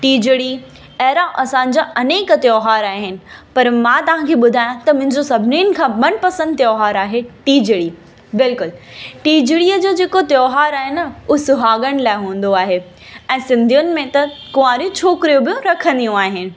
टीजड़ी अहिड़ा असांजा अनेक त्योहार आहिनि पर मां तव्हांखे ॿुधायां त मुंहिंजो सभिनीनि खां मनपसंदि त्योहारु आहे टीजड़ी बिल्कुलु टीजड़ीअ जो जेको त्योहारु आहे न हू सुहाॻण लाइ हूंदो आहे ऐं सिंधियुनि में त कुंवारियूं छोकिरियूं बि रखंदियूं आहिनि